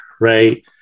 right